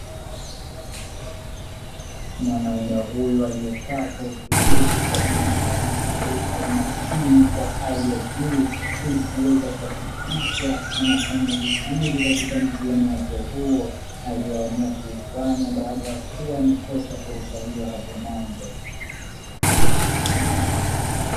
Mwanaume huyu aliyekaa kwa utulivu, akionekana kuvuta umakini kwa juu, ili kuweza kuhakikisha anafanya vizuri katika mtihani wake huo alioamua kuufanya baada ya kuwa ameikosa fursa hiyo hapo mwanzo.